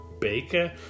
Baker